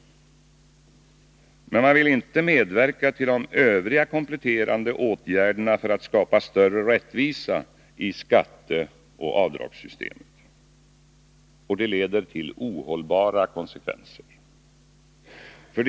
Men de vill inte medverka till övriga kompletterande åtgärder för att skapa större rättvisa i skatteoch avdragssystemet. Det leder till ohållbara konsekvenser.